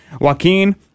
Joaquin